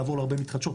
לעבור להרבה מתחדשות,